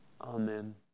Amen